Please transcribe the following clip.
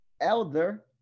Elder